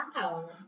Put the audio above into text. Wow